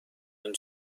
این